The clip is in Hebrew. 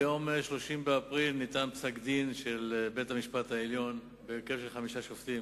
ביום 30 באפריל ניתן פסק-דין של בית-המשפט העליון בהרכב של חמישה שופטים